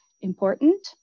important